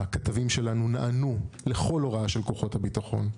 הכתבים שלנו נענו לכל הוראה של כוחות הביטחון.